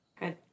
Good